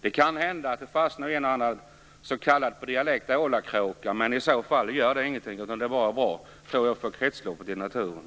Det kan hända att det fastnar en och annan "ålakråka", som de kallas på dialekt, men i så fall gör det ingenting utan det är bara bra för kretsloppet i naturen.